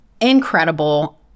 incredible